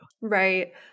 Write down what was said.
Right